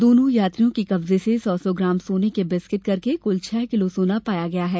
दोनों यात्रियों के कब्जे से सौ सौ ग्राम सोने के बिस्किट करके कुल छह किलो सोना पाया गया है